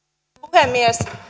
puhemies